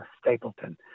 Stapleton